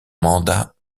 mandat